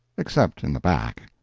except in the back.